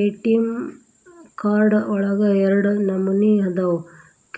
ATM card ಒಳಗ ಎರಡ ನಮನಿ ಅದಾವ